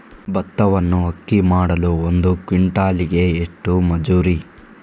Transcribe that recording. ಭತ್ತವನ್ನು ಅಕ್ಕಿ ಮಾಡಲು ಒಂದು ಕ್ವಿಂಟಾಲಿಗೆ ಎಷ್ಟು ಮಜೂರಿ?